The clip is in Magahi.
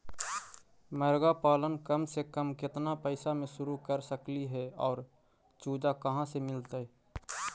मरगा पालन कम से कम केतना पैसा में शुरू कर सकली हे और चुजा कहा से मिलतै?